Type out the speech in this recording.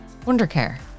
Wondercare